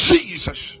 Jesus